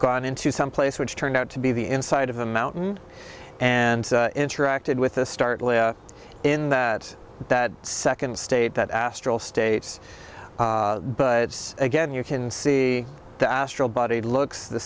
gone into some place which turned out to be the inside of a mountain and interacted with a start in that that second state that astral states but again you can see the astral body looks the